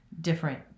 different